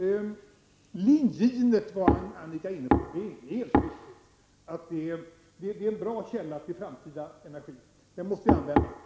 Ligninet talade Annika Åhnberg om. Det är en bra källa till framtida energi och måste användas.